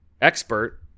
expert